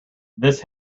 this